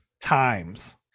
times